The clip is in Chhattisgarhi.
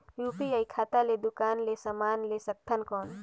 यू.पी.आई खाता ले दुकान ले समान ले सकथन कौन?